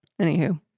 Anywho